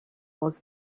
was